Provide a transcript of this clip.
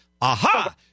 aha